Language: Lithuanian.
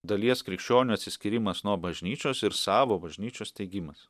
dalies krikščionių atsiskyrimas nuo bažnyčios ir savo bažnyčios steigimas